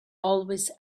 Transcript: always